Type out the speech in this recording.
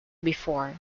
before